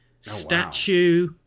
statue